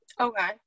okay